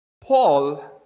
Paul